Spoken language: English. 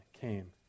came